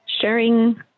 sharing